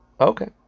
Okay